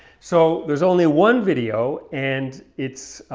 so there's only one video and it's,